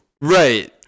Right